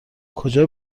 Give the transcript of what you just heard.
کجا